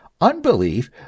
Unbelief